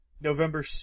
November